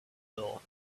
ill